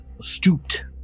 stooped